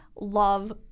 love